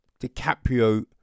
DiCaprio